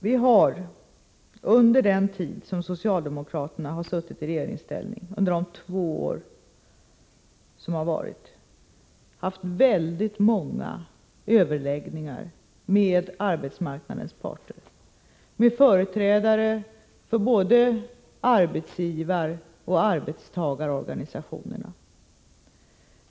Vi har under de två år som socialdemokraterna suttit i regeringsställning haft väldigt många överläggningar med arbetsmarknadens parter, med företrädare för både arbetsgivaroch arbetstagarorganisationerna.